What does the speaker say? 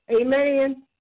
amen